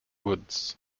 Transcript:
woods